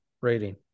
rating